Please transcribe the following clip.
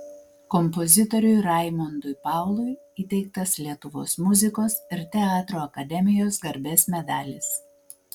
kompozitoriui raimondui paului įteiktas lietuvos muzikos ir teatro akademijos garbės medalis